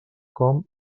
com